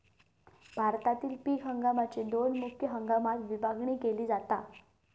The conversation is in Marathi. भारतातील पीक हंगामाकची दोन मुख्य हंगामात विभागणी केली जाता